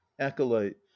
acolyte